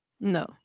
no